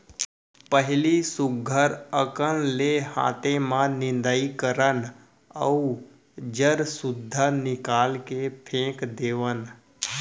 पहिली सुग्घर अकन ले हाते म निंदई करन अउ जर सुद्धा निकाल के फेक देवन